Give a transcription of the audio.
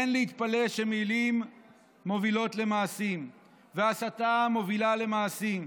אין להתפלא שמילים מובילות למעשים והסתה מובילה למעשים.